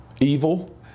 evil